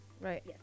right